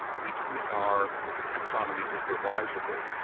we treat our taxonomies as revisable.